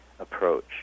approach